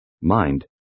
Mind